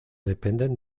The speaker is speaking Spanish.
dependen